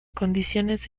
condiciones